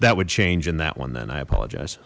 that would change in that one then i apologize